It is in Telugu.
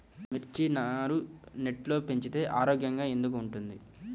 మిర్చి నారు నెట్లో పెంచితే ఆరోగ్యంగా ఎందుకు ఉంటుంది?